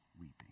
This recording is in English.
weeping